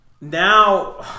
Now